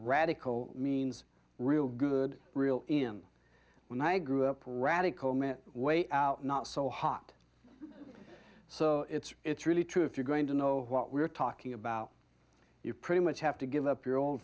radical means real good real in when i grew up radek old man way out not so hot so it's it's really true if you're going to know what we're talking about you pretty much have to give up your o